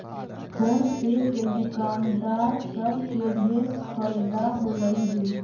phone पे से दुकानदार सब के ढेर फएदा होलई हे